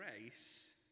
grace